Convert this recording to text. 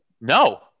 No